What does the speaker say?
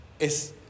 Es